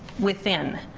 within,